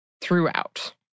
throughout